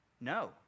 No